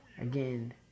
Again